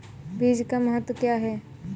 बीज का महत्व क्या है?